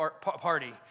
party